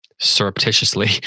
surreptitiously